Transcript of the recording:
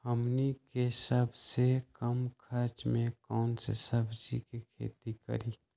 हमनी के सबसे कम खर्च में कौन से सब्जी के खेती करी?